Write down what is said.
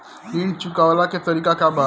ऋण चुकव्ला के तरीका का बा?